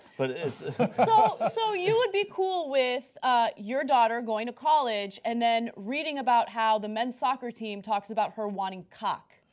but so you would be cool with your daughter going to college and then reading about how the men's soccer team talks about her wanting caulk?